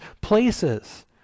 places